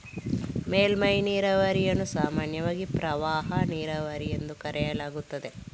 ಮೇಲ್ಮೈ ನೀರಾವರಿಯನ್ನು ಸಾಮಾನ್ಯವಾಗಿ ಪ್ರವಾಹ ನೀರಾವರಿ ಎಂದು ಕರೆಯಲಾಗುತ್ತದೆ